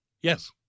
Yes